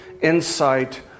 insight